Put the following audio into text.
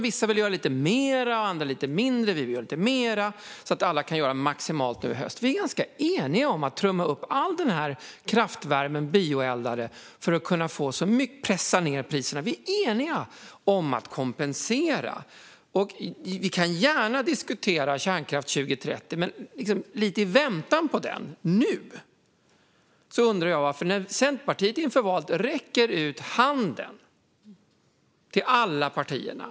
Vissa vill göra lite mer och andra lite mindre. Vi vill göra lite mer så att alla kan göra det maximalt nu i höst. Vi är ganska eniga om att trumma upp all denna bioeldade kraftvärme för att så mycket som möjligt kunna pressa ned priserna. Vi är eniga om att kompensera. Vi kan gärna diskutera kärnkraft 2030. Men lite i väntan på den, nu, undrar jag en sak. Centerpartiet räcker inför valet ut handen till alla partierna.